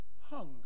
hunger